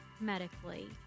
medically